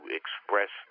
express